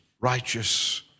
righteous